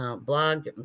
Blog